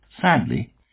Sadly